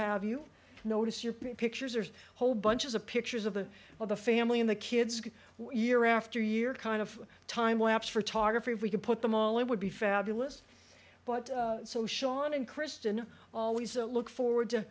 have you notice your pictures or whole bunches of pictures of the of the family in the kids year after year kind of time lapse photography if we could put them all it would be fabulous but so sean and christian always look forward to